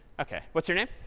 ok, what's your name?